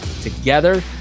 together